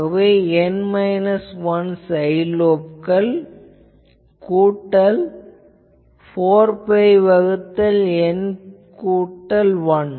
ஆகவே N minus 1 side லோப்கள் கூட்டல் 4 பை வகுத்தல் N கூட்டல் 1